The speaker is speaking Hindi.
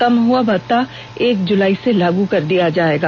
कम हुआ भत्ता एक जुलाई से लागू कर दिया जाएगा